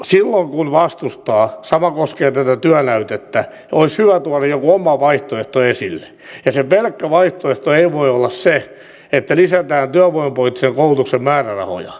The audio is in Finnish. silloin kun vastustaa sama koskee tätä työnäytettä olisi hyvä tuoda joku oma vaihtoehto esille ja se pelkkä vaihtoehto ei voi olla se että lisätään työvoimapoliittisen koulutuksen määrärahoja